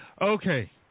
Okay